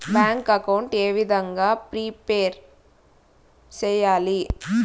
Bank account ఏ విధంగా prepare సెయ్యాలి?